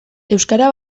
euskara